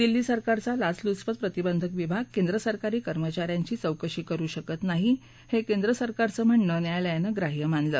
दिल्ली सरकारचा लाचलुचपत प्रतिबंधक विभाग केंद्रसरकारी कर्मचाऱ्यांची चौकशी करु शकत नाही हे केंद्रसरकारचं म्हणणं न्यायालयानं ग्राह्य मानलं